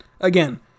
Again